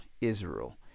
Israel